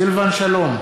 סילבן שלום,